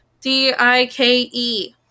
D-I-K-E